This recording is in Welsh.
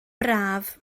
braf